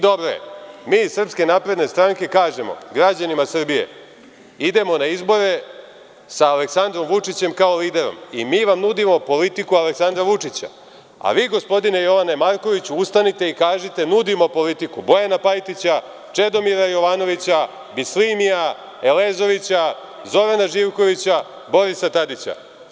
I, dobro je, mi iz SNS kažemo građanima Srbije idemo na izbore sa Aleksandrom Vučićem kao liderom i vam nudimo politiku Aleksandra Vučića, a vi gospodine Jovane Markoviću ustanite i kažite nudimo politiku Bojana Pajtića, Čedomira Jovanovića, Bislinija, Elezovića, Zorana Živkovića, Borisa Tadića.